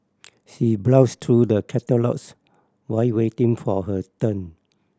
she browsed through the catalogues while waiting for her turn